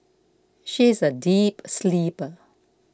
she is a deep sleeper